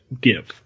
give